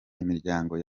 imiryango